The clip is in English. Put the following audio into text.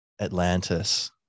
Atlantis